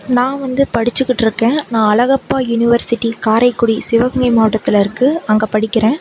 நான் வந்து படிச்சிக்கிட்டிருக்கேன் நான் அழகப்பா யுனிவர்சிட்டி காரைக்குடி சிவகங்கை மாவட்டத்தில் இருக்குது அங்கே படிக்கிறேன்